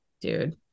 Dude